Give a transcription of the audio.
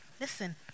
Listen